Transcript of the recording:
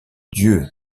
dieu